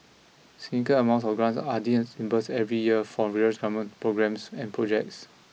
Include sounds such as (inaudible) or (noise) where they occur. significant amounts of grants are (unintelligible) every year for various government programmes and projects